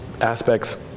aspects